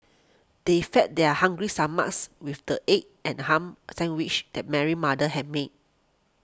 they fed their hungry stomachs with the egg and ham sandwiches that Mary's mother had made